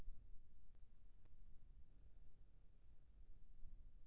आधार card अऊ PAN card ला खाता म कइसे जोड़वाना हे?